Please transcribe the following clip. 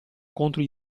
contro